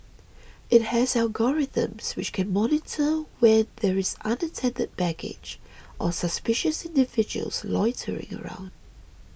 it has algorithms which can monitor when there is unattended baggage or suspicious individuals loitering around